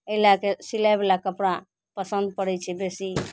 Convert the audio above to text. एहि लैके सिलाइवला कपड़ा पसन्द पड़ै छै बेसी